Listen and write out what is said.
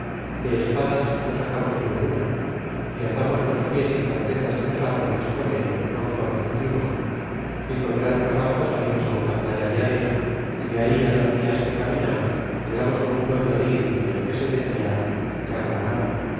arboles que espadagno sacamos ninguna y atamos los pies y cortezas de los arboles con ello lo mejor que pudimos y con gran trabajo salimos ti una playa de arena y de ahí á dos dias que caminamos llegamos ti un pueblo de indios que se decia yaguarama el